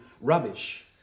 rubbish